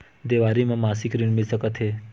देवारी म मासिक ऋण मिल सकत हे?